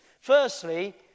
Firstly